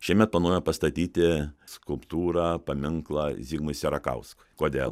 šiemet planuojame pastatyti skulptūrą paminklą zigmui sierakauskui kodėl